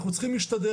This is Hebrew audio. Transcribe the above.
אנחנו צריכים להשתדל,